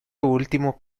último